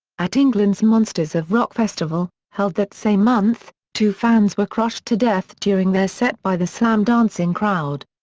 at england's monsters of rock festival, held that same month, two fans were crushed to death during their set by the slam-dancing crowd.